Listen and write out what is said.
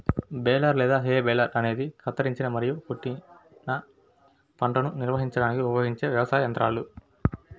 baler లేదా hay baler అనేది కత్తిరించిన మరియు కొట్టిన పంటను నిర్వహించడానికి ఉపయోగించే వ్యవసాయ యంత్రాల